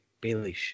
Bailey